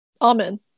amen